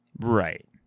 Right